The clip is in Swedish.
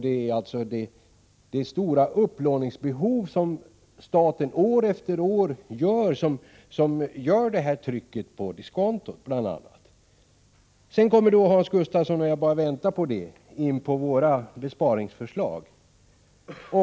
Det är bl.a. det stora upplåningsbehov som staten år efter år åstadkommer som medför det här trycket på diskontot. Sedan kommer Hans Gustafsson — vilket jag bara väntade på — in på våra besparingsförslag.